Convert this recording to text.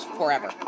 forever